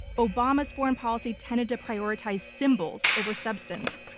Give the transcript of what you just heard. obama's foreign policy tended to prioritize symbols over substance.